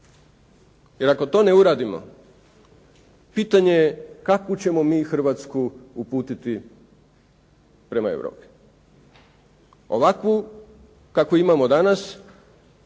Jer ako to ne uradimo, pitanje je kakvu ćemo mi Hrvatsku uputiti prema Europi. Ovakvu kakvu imamo danas